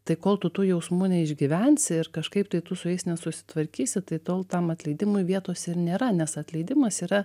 tai kol tu tų jausmų neišgyvensi ir kažkaip tai tu su jais nesusitvarkysi tai tol tam atleidimui vietos ir nėra nes atleidimas yra